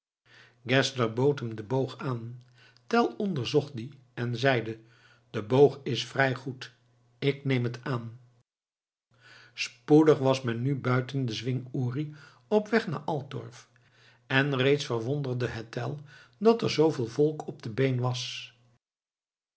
bood hem den boog aan tell onderzocht dien en zeide de boog is vrij goed ik neem het aan spoedig was men nu buiten den zwing uri op weg naar altorf en reeds verwonderde het tell dat er zooveel volk op de been was